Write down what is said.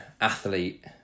athlete